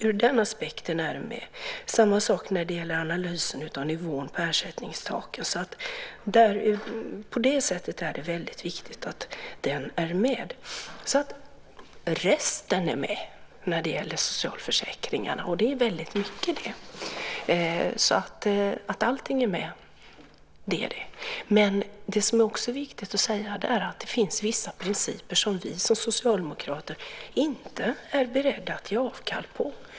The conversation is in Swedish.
Ur den aspekten är den med. Det är samma sak när det gäller analysen av nivån på ersättningstaken. På det sättet är det väldigt viktigt att den är med. Resten är med när det gäller socialförsäkringarna, och det är väldigt mycket. Allting är med. Det är också viktigt att säga att det finns vissa principer som vi som socialdemokrater inte är beredda att ge avkall på.